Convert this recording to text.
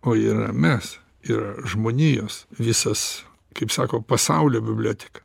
o yra mes ir žmonijos visas kaip sako pasaulio biblioteka